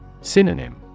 Synonym